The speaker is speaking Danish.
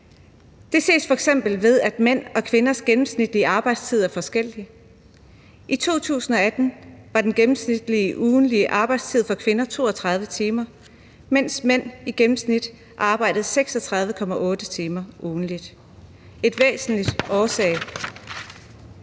Det ses f.eks. ved, at mænds og kvinders gennemsnitlige arbejdstider er forskellige. I 2018 var den gennemsnitlige ugentlige arbejdstid for kvinder 32 timer, mens mænd i gennemsnit arbejdede 36,8 timer ugentligt. Det er en væsentlig årsag.